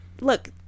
look